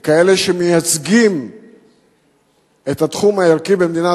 ככאלה שמייצגים את התחום הערכי במדינת